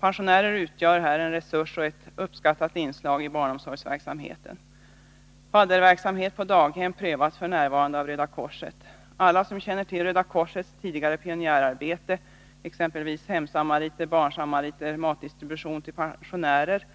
Pensionärer utgör här en resurs och är ett uppskattat inslag i barnomsorgsverksamheten. Fadderverksamhet på daghem prövas f. n. av Röda korset. Alla som känner till Röda korsets tidigare pionjärarbete, exempelvis med hemsamariter, barnsamariter och matdistribution till pensionärer,